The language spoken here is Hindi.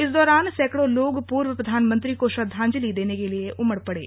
इस दौरान सैकड़ों लोग पूर्व प्रधानमंत्री को श्रद्वांजलि देने के लिए उमड़ पड़े